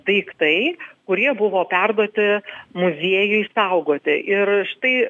daiktai kurie buvo perduoti muziejui saugoti ir štai